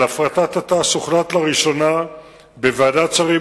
על הפרטת תע"ש הוחלט לראשונה בוועדת שרים